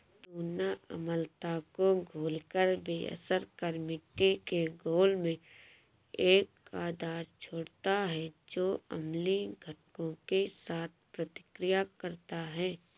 चूना अम्लता को घोलकर बेअसर कर मिट्टी के घोल में एक आधार छोड़ता है जो अम्लीय घटकों के साथ प्रतिक्रिया करता है